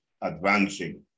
advancing